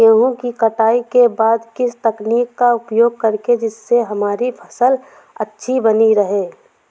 गेहूँ की कटाई के बाद किस तकनीक का उपयोग करें जिससे हमारी फसल अच्छी बनी रहे?